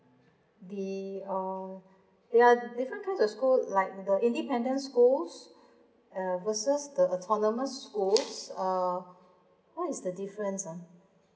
the uh there're different kind of schools like the independence schools uh versus the autonomous schools uh what is the difference ah